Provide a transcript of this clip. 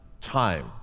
time